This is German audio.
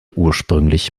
ursprünglich